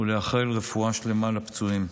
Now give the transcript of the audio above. ולאחל רפואה שלמה לפצועים.